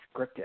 scripted